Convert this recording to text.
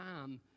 time